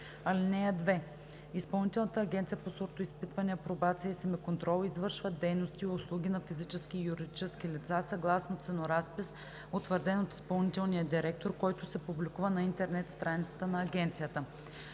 ал. 7. (2) Изпълнителната агенция по сортоизпитване, апробация и семеконтрол извършва дейности и услуги на физически и юридически лица съгласно ценоразпис, утвърден от изпълнителния директор, който се публикува на интернет страницата на Агенцията.